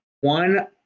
one